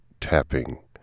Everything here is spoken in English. tapping